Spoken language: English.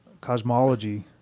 cosmology